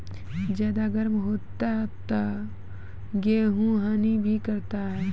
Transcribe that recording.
ज्यादा गर्म होते ता गेहूँ हनी भी करता है?